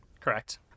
Correct